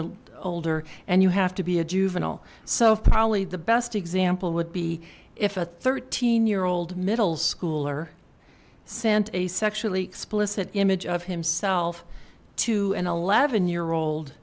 r older and you have to be a juvenile so probably the best example would be if a thirteen year old middle schooler sent a sexually explicit image of himself to an eleven year old